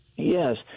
Yes